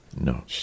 No